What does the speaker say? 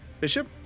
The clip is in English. Bishop